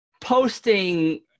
posting